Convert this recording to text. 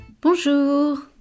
Bonjour